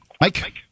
Mike